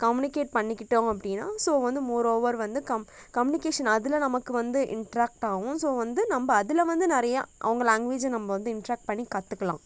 communicate பண்ணிக்கிட்டோம் அப்படின்னா so வந்து மோர்ஓவர் வந்து கம் கம்யூனிகேஷன் அதில் நமக்கு வந்து இன்ட்ராக்ட்டாகவும் ஸோ வந்து நம்ம அதில் நிறையா அவங்க லேங்குவேஜை நம்ம வந்து இன்ட்ராக்ட் பண்ணி கற்றுக்கலாம்